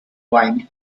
wine